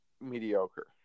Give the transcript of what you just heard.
mediocre